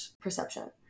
perception